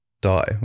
die